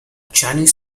chinese